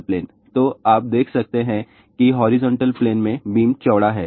तो आप देख सकते हैं कि हॉरिजॉन्टल प्लेन में बीम चौड़ा है